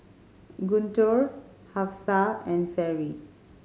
Guntur Hafsa and Seri